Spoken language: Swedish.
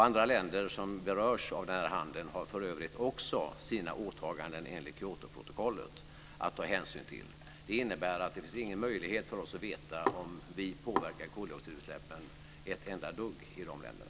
Andra länder som berörs av denna handel har för övrigt också sina åtaganden enligt Kyotoprotokollet att ta hänsyn till. Det innebär att det inte finns någon möjlighet för oss att veta om vi påverkar koldioxidutsläppen ett enda dugg i de länderna.